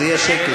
אז יהיה שקט.